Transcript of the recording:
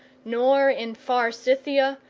nor in far scythia,